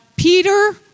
Peter